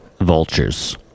vultures